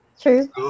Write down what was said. True